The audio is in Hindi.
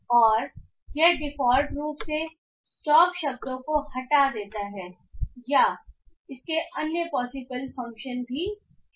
और यह डिफ़ॉल्ट रूप से स्टॉप शब्दों को हटा देता है या इसके अन्य पॉसिबल फंक्शन भी हैं